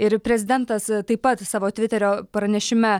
ir prezidentas taip pat savo tviterio pranešime